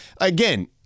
again